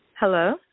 Hello